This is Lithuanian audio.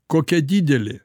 kokia didelė